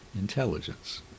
Intelligence